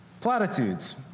Platitudes